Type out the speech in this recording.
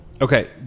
Okay